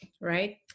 right